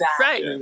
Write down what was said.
Right